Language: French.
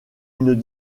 une